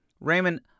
Raymond